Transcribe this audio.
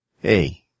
Hey